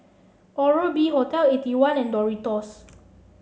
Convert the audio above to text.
Oral B Hotel Eighty one and Doritos